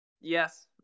Yes